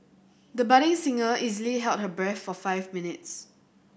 the budding singer easily held her breath for five minutes